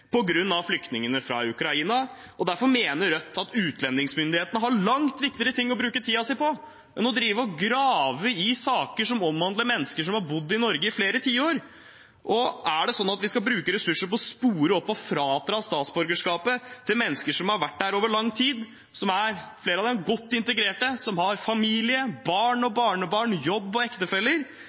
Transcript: flyktningene fra Ukraina. Derfor mener Rødt at utlendingsmyndighetene har langt viktigere ting å bruke tiden sin på enn å drive og grave i saker som omhandler mennesker som har bodd i Norge i flere tiår. Er det slik at vi skal bruke ressurser på å spore opp og frata statsborgerskapet til mennesker som har vært her over lang tid, som er – flere av dem – godt integrert, som har familie, barn og barnebarn, ektefelle og